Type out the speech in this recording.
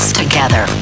together